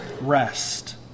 rest